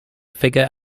figure